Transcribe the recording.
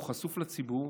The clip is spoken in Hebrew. הוא חשוף לציבור,